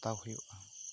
ᱦᱟᱛᱟᱣ ᱦᱩᱭᱩᱜᱼᱟ